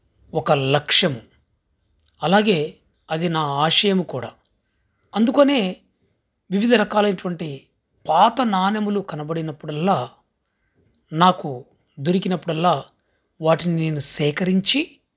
ఒక లక్ష్యం అలాగే అది నా ఆశయము కూడా అందుకనే వివిధ రకాలైనటువంటి పాత నాణెములు కనబడినప్పుడల్లా నాకు దొరికినప్పుడల్లా వాటిని నేను సేకరించి